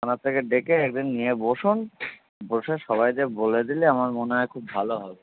থানার থেকে ডেকে এক দিন নিয়ে বসুন বসে সবাইদের বলে দিলে আমার মনে হয় খুব ভালো হবে